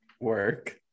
work